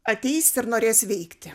ateis ir norės veikti